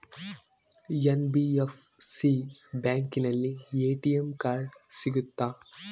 NBFC ಬ್ಯಾಂಕಿನಲ್ಲಿ ATM card ಸಿಗುತ್ತಾ?